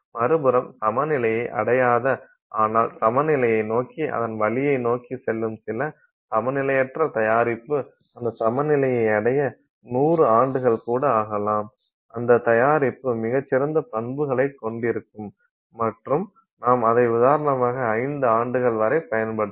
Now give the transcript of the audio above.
மறுபுறம் சமநிலையை அடையாத ஆனால் சமநிலையை நோக்கி அதன் வழியை நோக்கி செல்லும் சில சமநிலையற்ற தயாரிப்பு அந்த சமநிலையை அடைய 100 ஆண்டுகள் கூட ஆகலாம் அந்த தயாரிப்பு மிகச் சிறந்த பண்புகளைக் கொண்டிருக்கும் மற்றும் நாம் அதை உதாரணமாக 5 ஆண்டுகள் வரை பயன்படுத்தலாம்